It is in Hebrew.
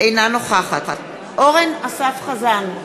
אינה נוכחת אורן אסף חזן,